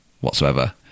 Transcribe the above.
whatsoever